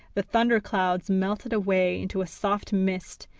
the thunderclouds melted away into a soft mist,